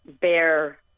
bear